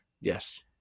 Yes